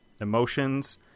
emotions